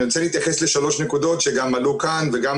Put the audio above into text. אני רוצה להתייחס לשלוש נקודות שגם עלו כאן וגם